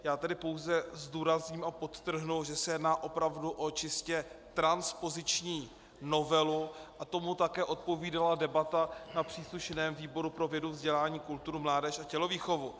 Já tedy pouze zdůrazním a podtrhnu, že se jedná opravdu o čistě transpoziční novelu, a tomu také odpovídala debata na příslušném výboru pro vědu, vzdělání, kulturu, mládež a tělovýchovu.